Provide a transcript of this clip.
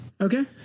Okay